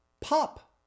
pop